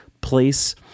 place